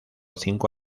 cinco